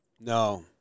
No